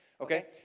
Okay